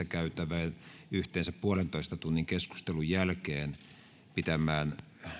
käytävän yhteensä yhden pilkku viiden tunnin keskustelun jälkeen pitämään